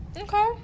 Okay